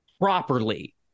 properly